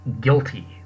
guilty